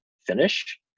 finish